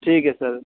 ठीक है सर